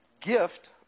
gift